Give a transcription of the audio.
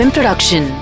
Production